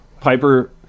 Piper